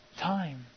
Time